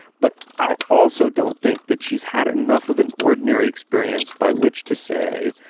but i also don't think that she's had enough of an ordinary experience by which to say,